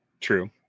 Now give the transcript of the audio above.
True